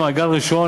מעגל ראשון,